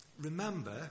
Remember